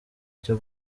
cyo